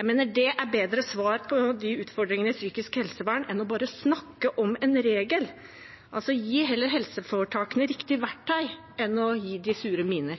Jeg mener det er et bedre svar på utfordringene innen psykisk helsevern enn bare å snakke om en regel. Gi heller helseforetakene riktig verktøy enn